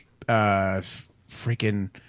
freaking